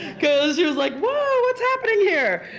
because she was like whoa, what's happening here.